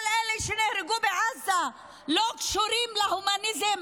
כל אלה שנהרגו בעזה לא קשורים להומניזם,